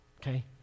Okay